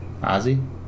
Ozzy